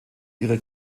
ihre